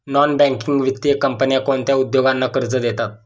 Non banking वित्तीय कंपन्या कोणत्या उद्योगांना कर्ज देतात?